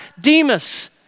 Demas